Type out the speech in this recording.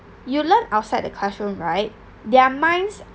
you learn outside the classroom right their minds